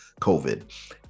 COVID